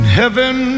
heaven